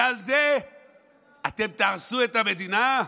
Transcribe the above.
ועל זה אתם תהרסו את המדינה?